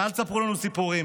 ואל תספרו לנו סיפורים,